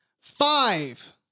five